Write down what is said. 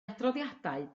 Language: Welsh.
adroddiadau